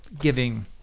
giving